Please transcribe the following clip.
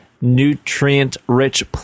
nutrient-rich